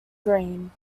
green